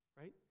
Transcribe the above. right